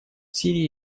сирии